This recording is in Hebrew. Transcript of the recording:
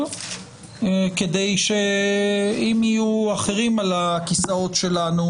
כדי שאם יהיו אחרים על הכיסאות שלנו,